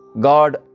God